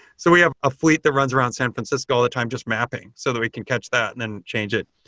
so we have a fleet that runs around san francisco that i'm just mapping so that we can catch that and then change it.